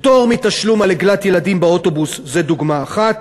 פטור מתשלום על עגלת ילדים באוטובוס הוא דוגמה אחת.